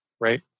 Right